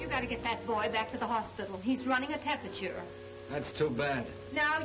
you've got to get that boy back to the hospital he's running a temperature that's too bad now